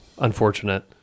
unfortunate